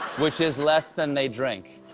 which is less than they drink,